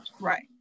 Right